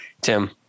Tim